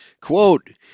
Quote